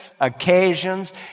occasions